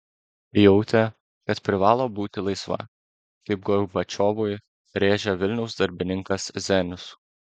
jautė kad privalo būti laisva kaip gorbačiovui rėžė vilniaus darbininkas zenius